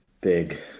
big